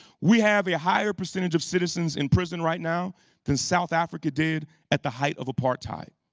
we have a higher percentage of citizens in prison right now than south africa did at the height of apartheid.